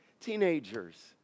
Teenagers